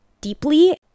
deeply